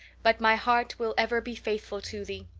but my heart will ever be faithful to thee.